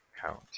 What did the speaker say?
count